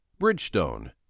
Bridgestone